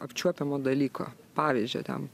apčiuopiamo dalyko pavyzdžio ten